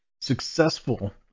successful